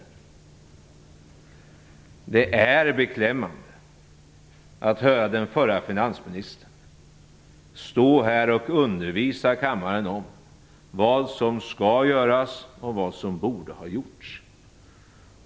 Det är beklämmande att höra den förra finansministern stå här och undervisa kammaren om vad som skall göras och vad som borde ha gjorts.